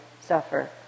suffer